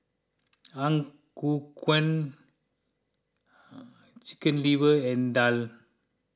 Ang Ku Kueh Chicken Liver and Daal